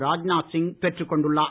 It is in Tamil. ராஜ்நாத் சிங் பெற்றுக் கொண்டுள்ளார்